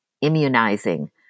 immunizing